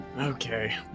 Okay